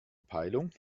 peilung